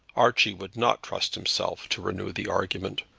archie would not trust himself to renew the argument,